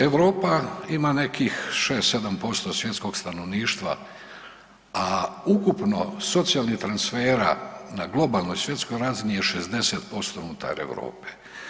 Europa ima nekih 6, 7% svjetskog stanovništva, a ukupno socijalnih transfera na globalnoj svjetskoj razini je 60% unutar Europe.